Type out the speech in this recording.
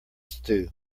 stew